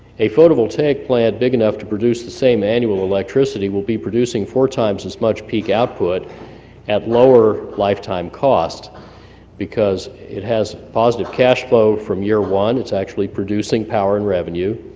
a photovoltaic plant big enough to produce the same annual electricity will be producing four times as much peak output at lower lifetime cost because it has positive cashflow from year one. it's actually producing power and revenue.